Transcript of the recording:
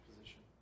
position